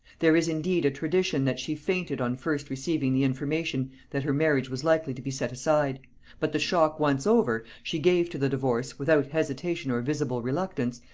there is indeed a tradition that she fainted on first receiving the information that her marriage was likely to be set aside but the shock once over, she gave to the divorce, without hesitation or visible reluctance,